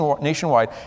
nationwide